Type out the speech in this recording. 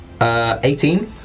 18